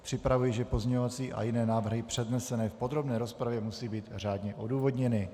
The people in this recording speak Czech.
Připomínám, že pozměňovací a jiné návrhy přednesené v podrobné rozpravě, musí být řádně odůvodněny.